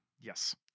Yes